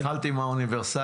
התחלתי עם האוניברסליות.